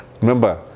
Remember